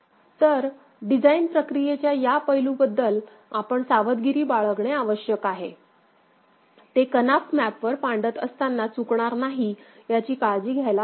तर डिझाइन प्रक्रियेच्या या पैलूबद्दल आपण सावधगिरी बाळगणे आवश्यक आहे ते कनाफ मॅप वर मांडत असताना चूकणार नाही याची काळजी घ्यायला हवी